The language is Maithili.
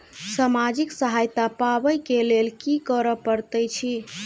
सामाजिक सहायता पाबै केँ लेल की करऽ पड़तै छी?